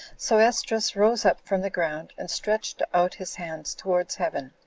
so esdras rose up from the ground, and stretched out his hands towards heaven,